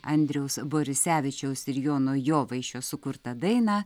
andriaus borisevičiaus ir jono jovaišio sukurtą dainą